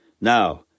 Now